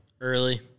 Early